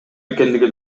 экендиги